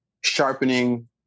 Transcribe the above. sharpening